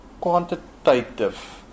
quantitative